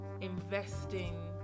investing